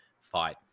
fight